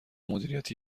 مدیریتی